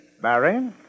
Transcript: Barry